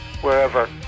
Wherever